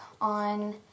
on